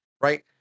right